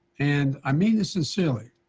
and i mean this sincerely